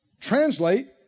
Translate